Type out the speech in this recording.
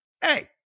hey